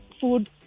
food